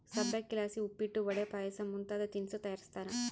ಸಬ್ಬಕ್ಶಿಲಾಸಿ ಉಪ್ಪಿಟ್ಟು, ವಡೆ, ಪಾಯಸ ಮುಂತಾದ ತಿನಿಸು ತಯಾರಿಸ್ತಾರ